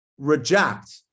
reject